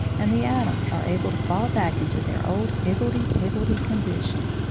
and the atoms are able to fall back into their old higgledy-piggledy condition.